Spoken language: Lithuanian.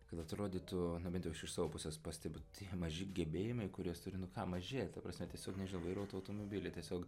kad atrodytų nu bent jau aš iš savo pusės pastebiu tie maži gebėjimai kuriuos turi nu ką maži ta prasme tiesiog nežinau vairuot automobilį tiesiog